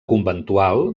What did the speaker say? conventual